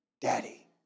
Daddy